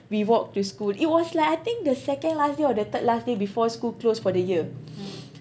we walked to school it was like I think the second last day or the third last day before school closed for the year